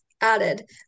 added